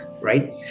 right